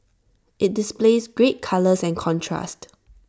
IT displays great colours and contrast